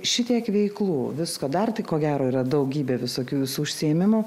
šitiek veiklų visko dar tik ko gero yra daugybė visokių užsiėmimų